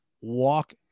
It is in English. walk